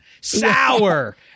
sour